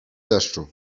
deszczu